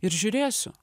ir žiūrėsiu